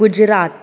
Gujarat